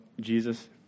Jesus